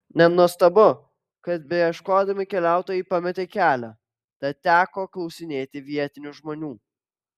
nenuostabu kad beieškodami keliautojai pametė kelią tad teko klausinėti vietinių žmonių